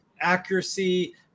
accuracy